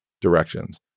directions